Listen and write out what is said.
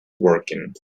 working